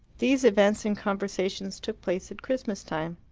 these events and conversations took place at christmas-time.